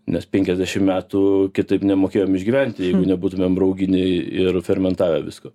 nes penkiasdešim metų kitaip nemokėjom išgyventi nebūtumėm rauginę ir fermentavę visko